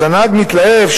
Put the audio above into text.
הנהג מתלהב,